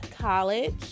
college